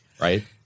Right